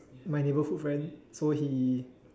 my neighborhood friend so he